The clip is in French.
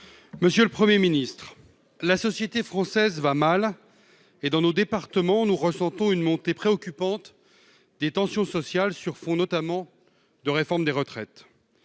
Monsieur le Premier ministre, la société française va mal, et, dans nos départements, nous ressentons une montée préoccupante des tensions sociales, sur fond, notamment, de réforme des retraites.